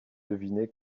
deviner